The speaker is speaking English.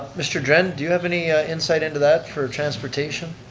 mr. dren, do you have any ah insight into that, for transportation?